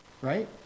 right